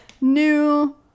new